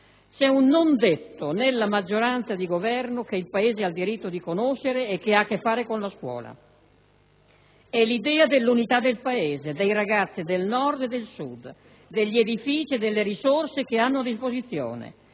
C'è un non detto nella maggioranza di Governo che il Paese ha il diritto di conoscere e che ha a che fare con la scuola: è l'idea dell'unità del Paese, dei ragazzi del Nord e del Sud, degli edifici e delle risorse che hanno a disposizione;